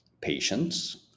Patience